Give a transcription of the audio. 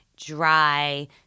dry